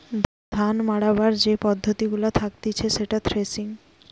ধান মাড়াবার যে পদ্ধতি গুলা থাকতিছে সেটা থ্রেসিং